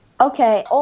Okay